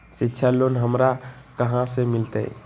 शिक्षा लोन हमरा कहाँ से मिलतै?